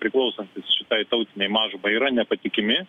priklausantys tautinei mažumai yra nepatikimi